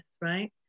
right